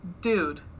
dude